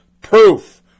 Proof